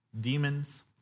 demons